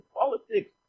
politics